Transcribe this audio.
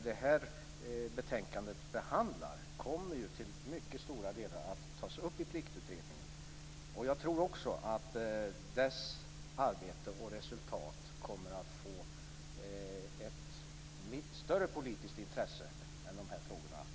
Det som behandlas i detta betänkande kommer till stora delar att tas upp i Pliktutredningen. Jag tror att dess arbete och resultat kommer att röna ett större politiskt intresse än de här frågorna hittills har gjort.